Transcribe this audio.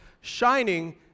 Shining